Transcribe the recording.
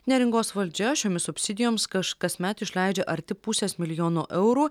neringos valdžia šiomis subsidijoms kaž kasmet išleidžia arti pusės milijono eurų